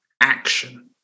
action